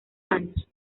años